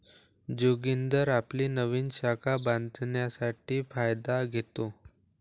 जोगिंदर आपली नवीन शाखा बांधण्यासाठी फायदा घेतो